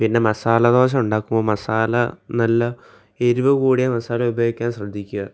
പിന്നെ മസാല ദോശ ഉണ്ടാക്കുമ്പോൾ മസാല നല്ല എരിവ് കൂടിയ മസാല ഉപയോഗിക്കാൻ ശ്രദ്ധിക്കുക